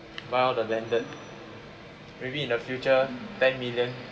buy all the landed maybe in the future ten million